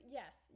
yes